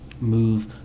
move